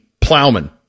Plowman